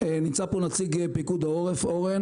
נמצא פה נציג פה פיקוד העורף, אורן